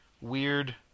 weird